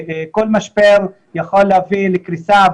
כל משבר יכול להביא לקריסה,